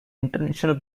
international